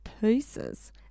pieces